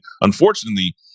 unfortunately